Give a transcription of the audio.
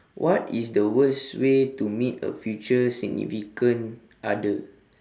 what is the worst way to meet a future significant other